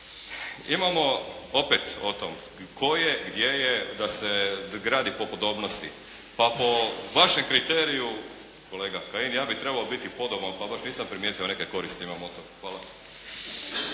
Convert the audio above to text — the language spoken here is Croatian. Imamo opet o tome tko je, gdje je da se gradi po podobnosti. Pa po vašem kriteriju kolega Kajin ja bih trebao biti podoban pa baš nisam primijetio da neke koristi imam od toga. Hvala.